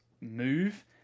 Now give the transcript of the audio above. move